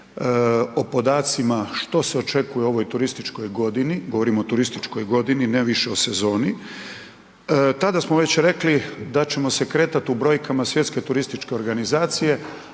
o podacima što se očekuje u ovoj turističkoj godini, govorim o turističkoj godini, ne više o sezoni, tada smo već rekli da ćemo se kretati u brojkama Svjetske turističke organizacije,